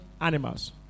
animals